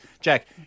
Jack